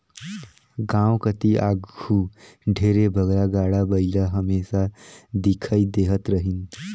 गाँव कती आघु ढेरे बगरा गाड़ा बइला हमेसा दिखई देहत रहिन